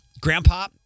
grandpa